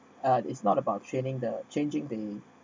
uh is not about training the changing the